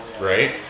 Right